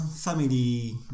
family